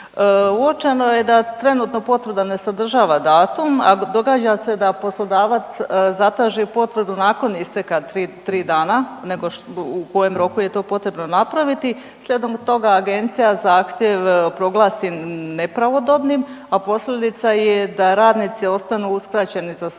Uočeno je da trenutno potvrda ne sadržava datum, a događa se da poslodavac zatraži potvrdu nakon isteka 3 dana nego u kojem roku je to potrebno napraviti, slijedom toga Agencija zahtjev proglasi nepravodobnim, a posljedica je da radnici ostanu uskraćeni za svoja